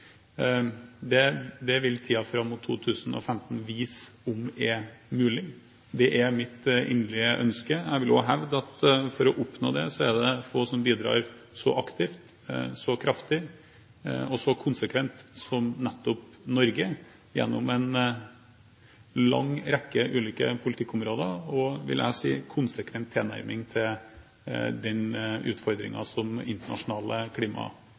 fram mot 2015 vil vise om det er mulig. Det er mitt inderlige ønske. Jeg vil også hevde at for å oppnå det er det få som bidrar så aktivt, så kraftig, og så konsekvent som nettopp Norge, gjennom en lang rekke ulike politikkområder og, vil jeg si, konsekvent tilnærming til den utfordringen som internasjonale